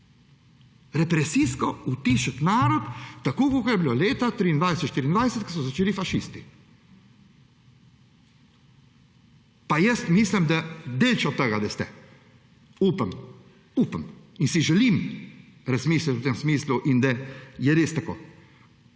Represivno utišati narod, tako kakor je bilo leta 1923, 1924, ko so začeli fašisti. Pa mislim, da daleč od tega, da ste. Upam, upam in si želim razmisliti v tem smislu in da je res tako.